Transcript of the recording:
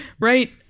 right